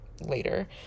later